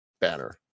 banner